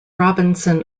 robinson